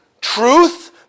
truth